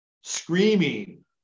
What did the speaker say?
screaming